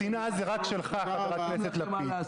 השנאה היא רק שלך, חבר הכנסת לפיד.